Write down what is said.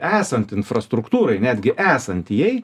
esant infrastruktūrai netgi esant jai